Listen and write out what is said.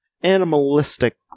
animalistic